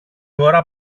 ώρα